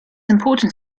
important